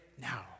now